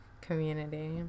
community